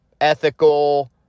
ethical